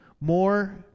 more